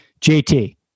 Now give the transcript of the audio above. JT